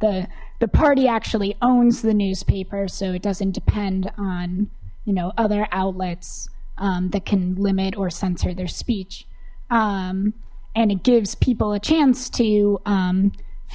the the party actually owns the newspaper so it doesn't depend on you know other outlets that can limit or censor their speech and it gives people a chance to